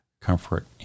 comfort